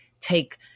take